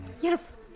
Yes